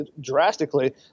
drastically